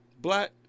Black